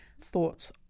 thoughts